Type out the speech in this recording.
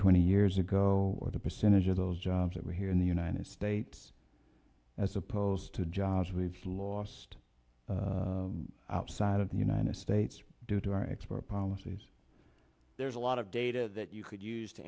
twenty years ago the percentage of those jobs that were here in the united states as opposed to jobs we've lost outside of the united states due to our export policies there's a lot of data that you could use to